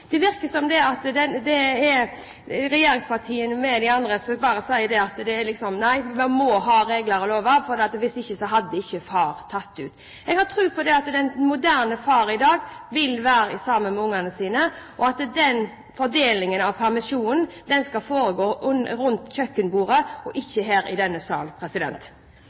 Det virker som om regjeringspartiene med flere sier at vi bare må ha lover og regler, for ellers hadde ikke far tatt ut kvoten. Jeg har tro på at den moderne far i dag vil være sammen med ungene sine, og mener at fordelingen av permisjonen må foregå rundt kjøkkenbordet, ikke her i denne sal.